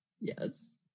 Yes